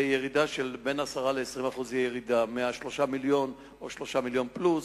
זה ירידה של 10% 29% מ-3 מיליוני תיירים או 3 מיליוני תיירים פלוס.